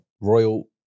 Royal